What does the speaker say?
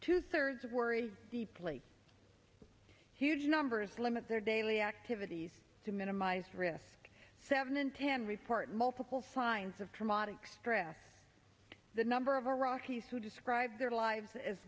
two thirds worry deeply huge numbers limit their daily activities to minimize risk seven in ten report multiple signs of traumatic stress the number of iraqis who describe their lives as